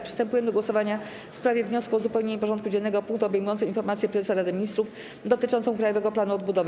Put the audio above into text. Przystępujemy do głosowania w sprawie wniosku o uzupełnienie porządku dziennego o punkt obejmujący informację prezesa Rady Ministrów dotyczącą Krajowego Planu Odbudowy.